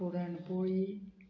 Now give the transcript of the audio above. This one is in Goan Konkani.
पुरण पोळी